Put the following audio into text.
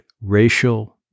racial